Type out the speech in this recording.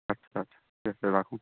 আচ্ছা আচ্ছা ঠিক আছে রাখুন